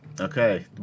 Okay